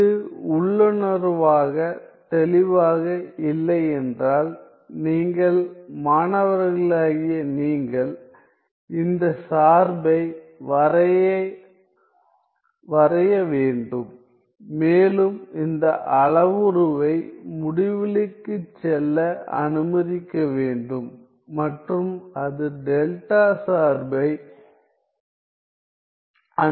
இது உள்ளுணர்வாக தெளிவாக இல்லை என்றால் நீங்கள் மாணவர்களாகிய நீங்கள் இந்தச் சார்பை வரைய வேண்டும் மேலும் இந்த அளவுருவை முடிவிலிக்குச் செல்ல அனுமதிக்க வேண்டும் மற்றும் அது டெல்டா சார்பை அணுகுவதைப் பார்க்க வேண்டும்